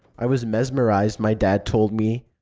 i was mesmerized, my dad told me.